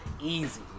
easy